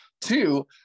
Two